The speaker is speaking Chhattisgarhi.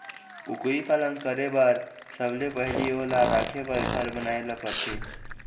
कुकरी पालन करे बर सबले पहिली ओला राखे बर घर बनाए ल परथे